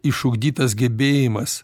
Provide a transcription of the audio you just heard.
išugdytas gebėjimas